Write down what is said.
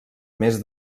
més